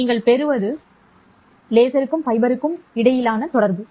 நீங்கள் பெறுவது லேசருக்கும் ஃபைபருக்கும் இடையிலான தொடர்பு